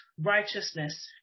righteousness